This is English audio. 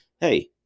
hey